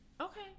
okay